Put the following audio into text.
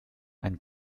ein